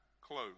close